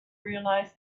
realize